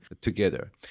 together